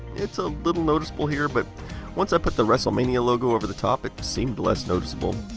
it's a little noticeable here, but once i put the wrestlemania logo over the top, it seemed less noticeable.